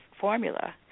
formula